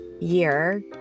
year